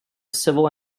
civil